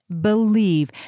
believe